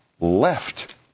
left